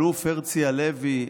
האלוף הרצי הלוי.